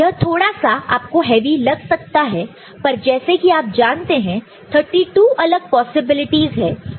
तो यह थोड़ा सा आपको हैवी लग सकता है पर जैसे कि आप जानते हैं 32 अलग पॉसिबिलिटीज है